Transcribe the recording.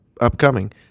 upcoming